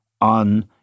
on